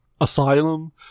asylum